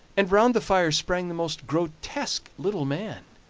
and round the fire sprang the most grotesque little man,